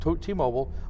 T-Mobile